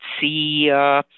see